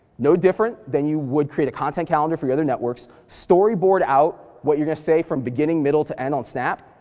no different that you would create a content calendar for your other networks. storyboard out what you're gonna say from beginning, middle, to end on snap,